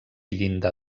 llinda